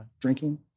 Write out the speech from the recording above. drinking